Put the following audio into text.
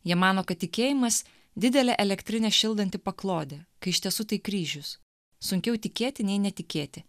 jie mano kad tikėjimas didelė elektrinė šildanti paklodė kai iš tiesų tai kryžius sunkiau tikėti nei netikėti